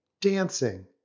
dancing